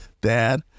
Dad